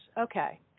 Okay